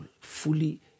fully